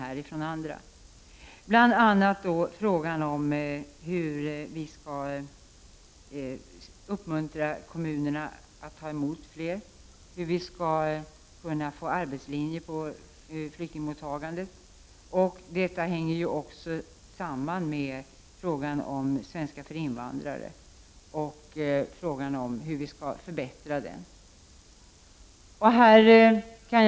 Det gäller bl.a. hur vi skall uppmuntra kommunerna att ta emot fler, hur vi skall kunna få igenom en arbetslinje i flyktingmottagandet och hur vi skall kunna förbättra undervisningen i svenska för invandrare.